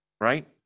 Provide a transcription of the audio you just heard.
right